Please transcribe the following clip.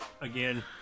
Again